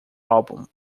álbum